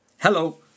Hello